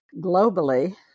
globally